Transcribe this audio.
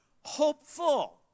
hopeful